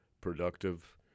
productive